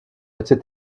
etc